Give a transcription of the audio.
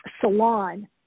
salon